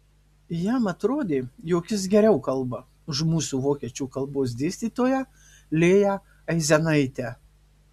jam atrodė jog jis geriau kalba už mūsų vokiečių kalbos dėstytoją lėją aizenaitę